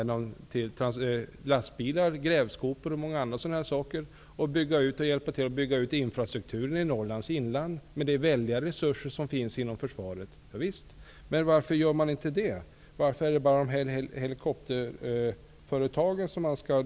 skulle med de väldiga resurser som finns inom försvaret kunna användas för att hjälpa till att bygga ut infrastrukturen i Norrlands inland. Varför gör man inte det? Varför skall man bara konkurrera med helikopterföretagen?